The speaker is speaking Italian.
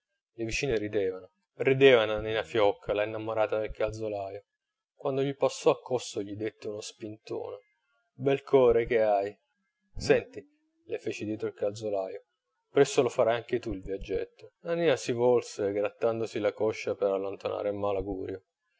viaggio le vicine ridevano rideva nannina fiocca la innamorata del calzolaio quando gli passò accosto gli dette uno spintone bel core che hai senti le fece dietro il calzolaio presto lo farai anche tu il viaggetto nannina si volse grattandosi la coscia per allontanare il malagurio